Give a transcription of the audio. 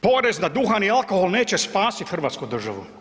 Porez na duhan i alkohol neće spasiti hrvatsku državu.